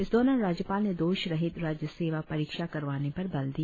इस दौरान राज्यपाल ने दोषरहित राज्य सेवा परीक्षा करवाने पर बल दिया